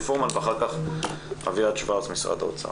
פרומן ואחר כך אביעד שוורץ ממשרד האוצר.